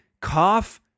cough